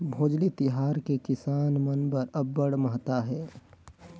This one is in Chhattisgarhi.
भोजली तिहार के किसान मन बर अब्बड़ महत्ता हे